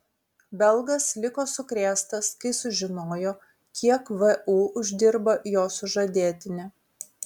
belgas liko sukrėstas kai sužinojo kiek vu uždirba jo sužadėtinė